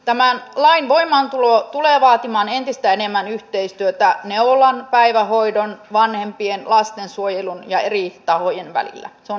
tämän lain voimaantulo tulee vaatimaan entistä enemmän yhteistyötä neuvolan päivähoidon vanhempien lastensuojelun ja eri tahojen välillä se on ihan selvää